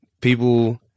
people